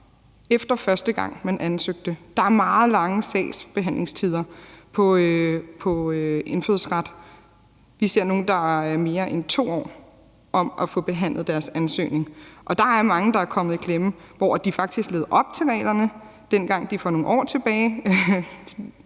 efter første gang man ansøgte. Der er meget lange sagsbehandlingstider på indfødsretsområdet. Vi ser nogle, for hvem det tager mere end to år at få behandlet deres ansøgning. Der er mange, der er kommet i klemme, hvor de faktisk levede op til reglerne, dengang de for nogle år tilbage